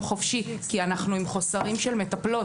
חופשי כי אנחנו עם חוסרים של מטפלות